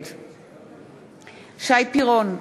נגד שי פירון,